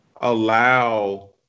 allow